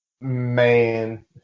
man